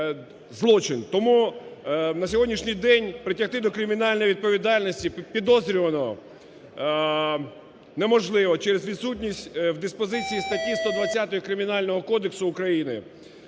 Тому на сьогоднішній день притягти до кримінальної відповідальності підозрюваного неможливо через відсутність в диспозиції статті 120 Кримінального кодексу України